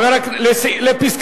מס'